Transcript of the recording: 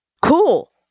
Cool